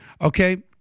Okay